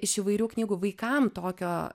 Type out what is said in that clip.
iš įvairių knygų vaikam tokio